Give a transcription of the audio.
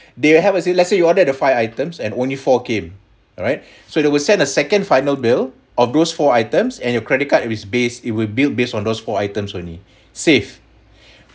they will have a say let's say you ordered the five items and only for came alright so they will sent a second final bill of those four items and your credit card is base it will build based on those four items only safe